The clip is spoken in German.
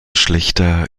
schlichter